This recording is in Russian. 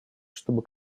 чтобы